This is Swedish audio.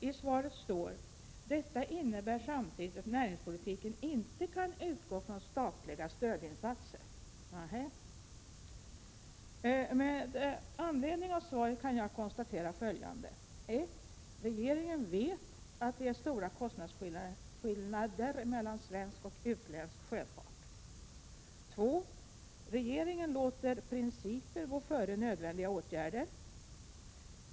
I svaret står: ”Detta innebär samtidigt att näringspolitiken inte kan utgå från statliga stödinsatser.” Nehej. Med anledning av svaret kan jag konstatera följande: 1. Regeringen vet att det är stora kostnadsskillnader mellan svensk och utländsk sjöfart. 2. Regeringen låter principer gå före nödvändiga åtgärder.